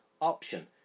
option